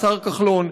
השר כחלון,